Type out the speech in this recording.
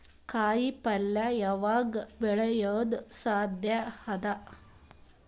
ಕಾಯಿಪಲ್ಯ ಯಾವಗ್ ಬೆಳಿಯೋದು ಸಾಧ್ಯ ಅದ?